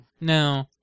no